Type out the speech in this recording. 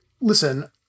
listen